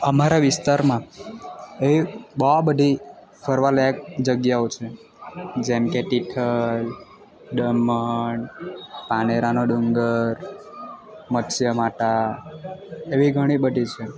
અમારા વિસ્તારમાં એવી બહુ બધી ફરવા લાયક જગ્યાઓ છે જેમ કે તીથલ દમણ પારનેરાનો ડુંગર મત્સ્ય માતા એવી ઘણી બધી છે